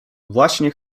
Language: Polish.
właśnie